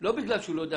ולא בגלל שהוא לא יודע